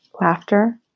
laughter